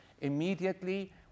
immediately